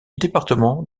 département